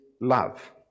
love